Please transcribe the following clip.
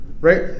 right